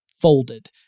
folded